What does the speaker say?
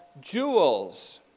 jewels